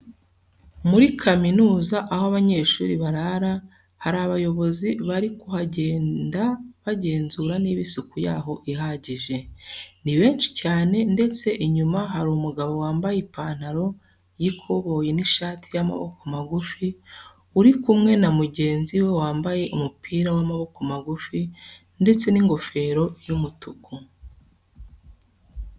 Muri kaminuza aho abanyeshuri barara, hari abayobozi bari kuhagenda bagenzura niba isuku yaho ihagije. Ni benshi cyane ndetse inyuma hari umugabo wambaye ipantaro y'ikoboyi n'ishati y'amaboko magufi uri kumwe na mugenzi we wambaye umupira w'amaboko magufi ndetse n'ingofero y'umutuku.